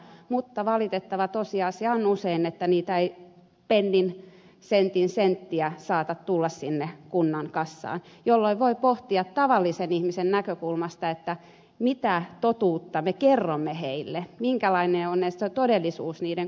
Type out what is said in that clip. mutta valitettava tosiasia on usein että niitä ei sentin senttiä saata tulla sinne kunnan kassaan jolloin voi pohtia tavallisen ihmisen näkökulmasta mitä totuutta me kerromme heille minkälainen on todellisuus niiden kuntien kannalta